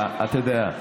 אתה יודע.